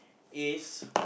is